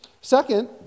Second